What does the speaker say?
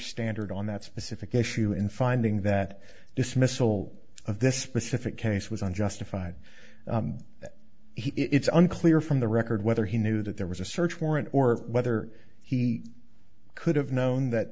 standard on that specific issue in finding that dismissal of this specific case was unjustified that he it's unclear from the record whether he knew that there was a search warrant or whether he could have known that